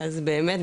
אז באמת,